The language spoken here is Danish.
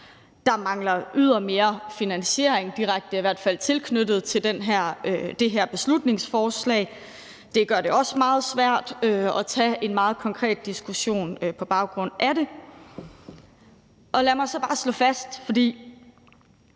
Der mangler ydermere finansiering, i hvert fald direkte tilknyttet det her beslutningsforslag. Det gør det også meget svært at tage en meget konkret diskussion på baggrund af det. Lad mig så bare slå fast, at